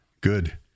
Good